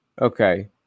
Okay